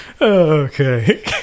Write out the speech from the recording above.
Okay